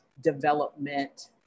development